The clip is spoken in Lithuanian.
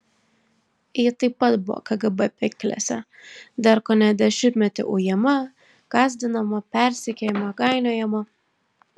ji taip pat buvo kgb pinklėse dar kone dešimtmetį ujama gąsdinama persekiojama gainiojama